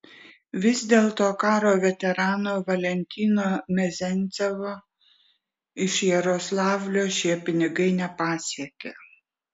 vis dėlto karo veterano valentino mezencevo iš jaroslavlio šie pinigai nepasiekė